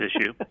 issue